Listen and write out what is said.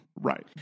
Right